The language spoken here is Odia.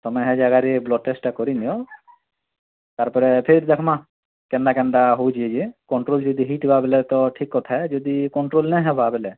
ତୁମେ ସେ ଜାଗାରେ ବ୍ଲଡ଼୍ ଟେଷ୍ଟଟା କରିନିଅ ତା'ର ପରେ ଫିର୍ ଦେଖିମା କେନ୍ତା କେନ୍ତା ହଉଛି ଇଏ କଣ୍ଟ୍ରୋଲ୍ ଯଦି ହେଇଥିବା ବେଲେ ତ ଠିକ୍ କଥା ଯଦି କଣ୍ଟ୍ରୋଲ୍ ନାଇଁ ହେବା ବେଲେ